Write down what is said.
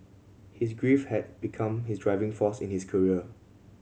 his grief had become his driving force in his career